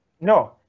no